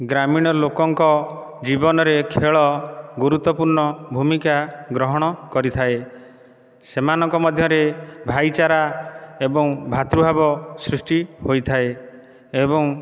ଗ୍ରାମୀଣ ଲୋକଙ୍କ ଜୀବନରେ ଖେଳ ଗୁରୁତ୍ଵପୂର୍ଣ୍ଣ ଭୂମିକା ଗ୍ରହଣ କରିଥାଏ ସେମାନଙ୍କ ମଧ୍ୟରେ ଭାଇଚାରା ଏବଂ ଭାତୃଭାବ ସୃଷ୍ଟି ହୋଇଥାଏ ଏବଂ